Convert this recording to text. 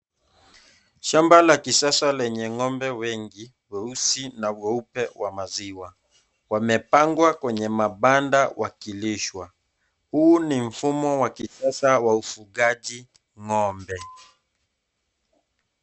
Shamba la kisasa lenye ng'ombe wengi weusi na weupe wa maziwa, wamepangwa kwenye mabanda wakilishwa. Huu ni mfumo wa kisasa wa ufugaji ng'ombe.